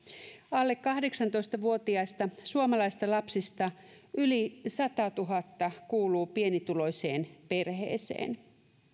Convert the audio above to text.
alle kahdeksantoista vuotiaista suomalaisista lapsista yli satatuhatta kuuluu pienituloiseen perheeseen